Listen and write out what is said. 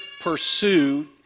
pursue